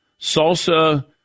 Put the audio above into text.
salsa